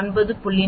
2 39